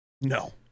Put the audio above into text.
No